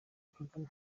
kagame